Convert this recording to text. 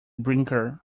brinker